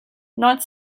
not